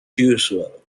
usual